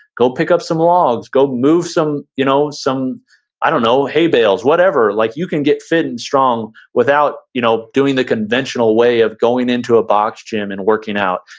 go pick up some logs, go move some, you know i don't know, hay bales, whatever. like you can get fit and strong without you know doing the conventional way of going into a box gym and working out.